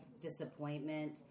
disappointment